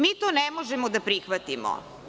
Mi to ne možemo da prihvatimo.